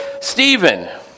Stephen